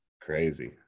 Crazy